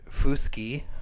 Fuski